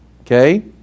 Okay